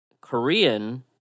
Korean